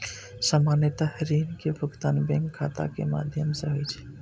सामान्यतः ऋण के भुगतान बैंक खाता के माध्यम सं होइ छै